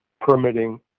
permitting